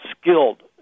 skilled